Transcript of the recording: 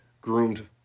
groomed